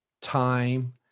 time